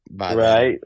right